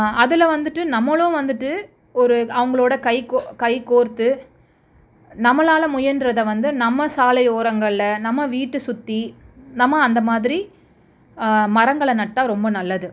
அதில் வந்துட்டு நம்மளும் வந்துட்டு ஒரு அவங்களோட கை கொ கை கோர்த்து நம்மளால் முயன்றதை வந்து நம்ம சாலை ஓரங்களில் நம்ம வீட்டை சுற்றி நம்ம அந்தமாதிரி மரங்களை நட்டா ரொம்ப நல்லது